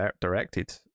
directed